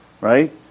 right